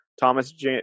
Thomas